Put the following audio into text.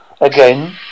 again